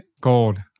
gold